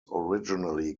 originally